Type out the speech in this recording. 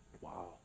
Wow